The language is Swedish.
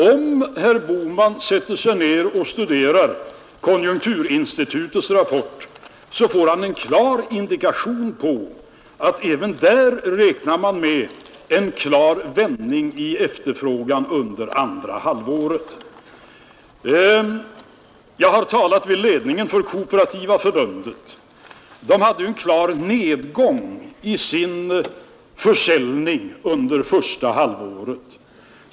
Om herr Bohman sätter sig ner och studerar konjunkturinstitutets rapport får han en klar indikation på att man även där räknar med en klar vändning i efterfrågan under andra halvåret. Jag har talat med ledningen för Kooperativa förbundet. KF hade en klar nedgång i sin försäljning under första halvåret.